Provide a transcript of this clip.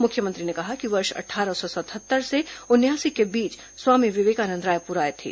मुख्यमंत्री ने कहा कि वर्ष अट्ठारह सौ सतहत्तर से उनयासी के बीच स्वामी विवेकानंद रायपुर आए थे